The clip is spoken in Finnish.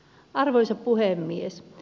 arvoisa puhemies